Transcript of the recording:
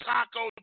Taco